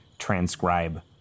transcribe